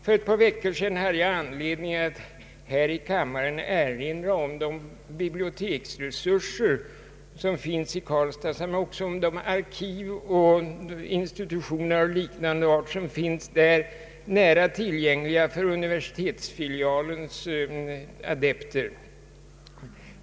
För ett par veckor sedan hade jag anledning att här i kammaren erinra om de biblioteksresurser som finns i Karlstad samt också om de arkiv och institutioner av liknande art som finns där, nära tillgängliga för universitetsfilialens adepter.